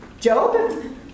Job